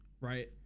Right